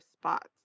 spots